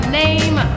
name